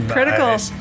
Criticals